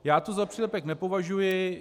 Já to za přílepek nepovažuji.